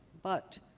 but,